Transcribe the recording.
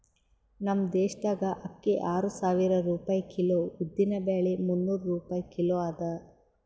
ನಮ್ ದೇಶದಾಗ್ ಅಕ್ಕಿ ಆರು ಸಾವಿರ ರೂಪಾಯಿ ಕಿಲೋ, ಉದ್ದಿನ ಬ್ಯಾಳಿ ಮುನ್ನೂರ್ ರೂಪಾಯಿ ಕಿಲೋ ಅದಾ